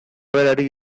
berari